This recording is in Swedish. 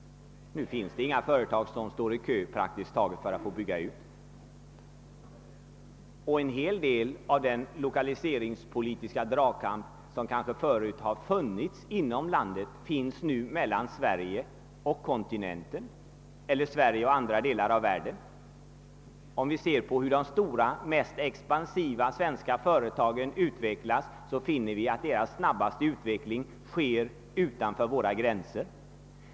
Nu finns det inga företag som står i kö för att bygga ut, och den lokaliseringspolitiska dragkamp som förut kanske har rått inom landet förekommer nu mellan Sverige och kontinenten eller mellan Sverige och andra delar av världen. De stora och mest expansiva svenska företagen utvecklas nu snabbast utanför våra gränser.